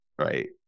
right